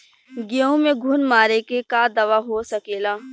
गेहूँ में घुन मारे के का दवा हो सकेला?